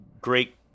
great